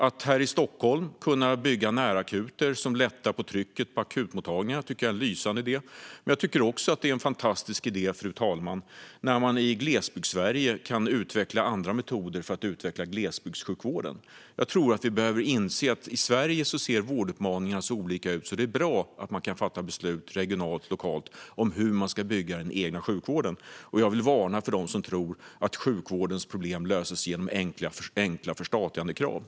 Att här i Stockholm kunna bygga närakuter som lättar på trycket på akutmottagningarna tycker jag är en lysande idé. Det är en fantastisk idé, fru talman, när man i Glesbygdssverige kan utveckla andra metoder för att utveckla glesbygdssjukvården. Jag tror att vi behöver inse att vårdutmaningarna i Sverige ser så olika ut att det är bra att man kan fatta beslut regionalt och lokalt om hur man ska bygga den egna sjukvården. Jag vill varna för dem som tror att sjukvårdens problem löses genom enkla förstatligandekrav.